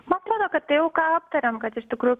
man atrodo kad tai jau ką aptarėm kad iš tikrųjų